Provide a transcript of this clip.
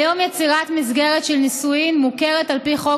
כיום יצירת מסגרת של נישואים מוכרת על פי חוק